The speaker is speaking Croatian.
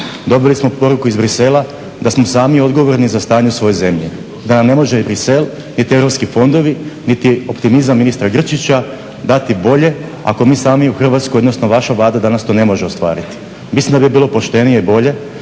Dobili smo poruku iz Bruxellesa da smo sami odgovorni za stanje u svojoj zemlji i da nam ne može Bruxelles niti europski fondovi, niti optimizam ministra Grčića dati bolje, ako mi sami u Hrvatskoj, odnosno vaša Vlada danas to ne može ostvariti. Mislim da bi bilo poštenije i bolje